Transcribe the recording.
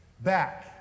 back